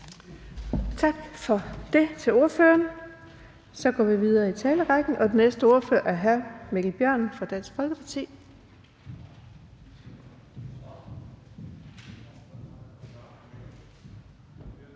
Tak til ordføreren for det. Så går vi videre i talerrækken, og den næste ordfører er hr. Mikkel Bjørn fra Dansk Folkeparti.